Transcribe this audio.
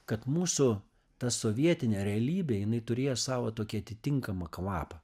kad mūsų ta sovietinė realybė jinai turėjo savo tokį atitinkamą kvapą